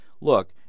look